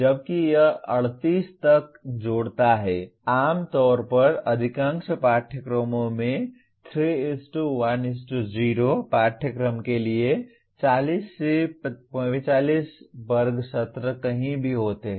जबकि यह 38 तक जोड़ता है आम तौर पर अधिकांश पाठ्यक्रमों में 3 1 0 पाठ्यक्रम के लिए 40 से 45 वर्ग सत्र कहीं भी होते हैं